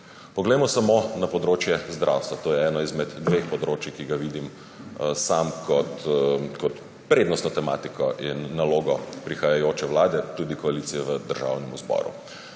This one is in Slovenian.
Poglejmo samo na področje zdravstva. To je eno izmed dveh področij, ki ju vidim sam kot prednostno tematiko in nalogo prihajajoče vlade, tudi koalicije v Državnem zboru.